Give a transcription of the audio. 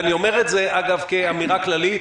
ואני אומר את זה, אגב, כאמירה כללית: